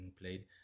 played